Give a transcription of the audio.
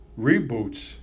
Reboots